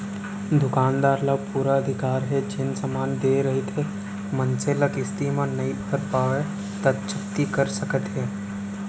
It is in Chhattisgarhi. दुकानदार ल पुरा अधिकार हे जेन समान देय रहिथे मनसे ल किस्ती म नइ भर पावय त जब्ती कर सकत हे